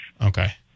Okay